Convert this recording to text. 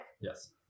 Yes